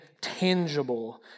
tangible